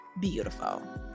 beautiful